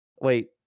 wait